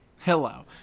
Hello